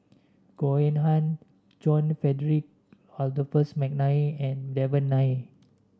Goh Eng Han John Frederick Adolphus McNair and Devan Nair